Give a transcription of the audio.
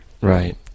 Right